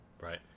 Right